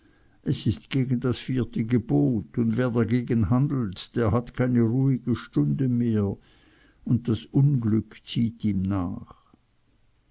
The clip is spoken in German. es ist gegen das vierte gebot und wer dagegen handelt der hat keine ruhige stunde mehr und das unglück zieht ihm nach